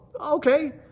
okay